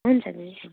हुन्छ दिदी